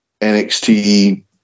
NXT